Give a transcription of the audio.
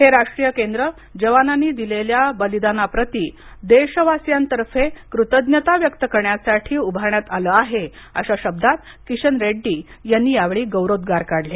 हे राष्ट्रीय केंद्र जवानांनी दिलेल्या बलिदानाप्रती देश वासियांतर्फे कृतज्ञता व्यक्त करण्यासाठी उभारण्यातआल आहे अशा शब्दात किशन रेड्डी यांनी यावेळी गौरोवोद्गार काढले